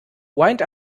wind